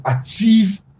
achieve